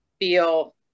feel